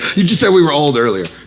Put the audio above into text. you just said we were old earlier.